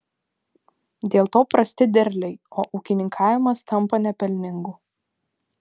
dėl to prasti derliai o ūkininkavimas tampa nepelningu